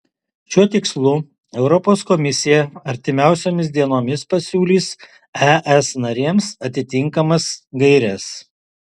šiuo tikslu europos komisija artimiausiomis dienomis pasiūlys es narėms atitinkamas gaires